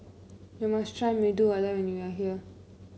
you must try Medu Vada when you are here